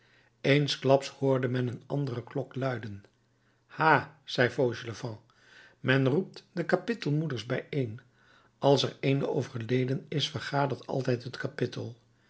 eensklaps hoorde men een andere klok luiden ha zei fauchelevent men roept de kapittelmoeders bijeen als er eene overleden is vergadert altijd het kapittel